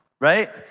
Right